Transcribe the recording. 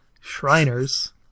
Shriners